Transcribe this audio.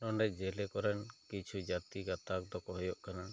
ᱱᱚᱰᱮ ᱡᱮᱞᱮ ᱠᱚᱨᱮᱱ ᱠᱤᱪᱷᱩ ᱡᱟᱹᱛᱤ ᱜᱟᱛᱟᱠ ᱫᱚ ᱠᱚ ᱦᱩᱭᱩᱜ ᱠᱟᱱᱟ